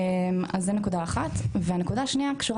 אז זה נקודה אחת והנקודה השנייה קשורה